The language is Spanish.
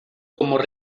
como